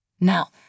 Now